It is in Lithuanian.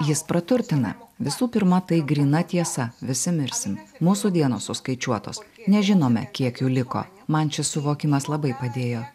jis praturtina visų pirma tai gryna tiesa visi mirsim mūsų dienos suskaičiuotos nežinome kiek jų liko man šis suvokimas labai padėjo